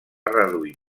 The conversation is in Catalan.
reduir